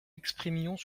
exprimions